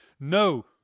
No